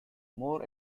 more